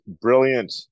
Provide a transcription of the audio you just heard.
brilliant